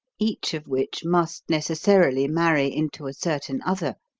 each of which must necessarily marry into a certain other,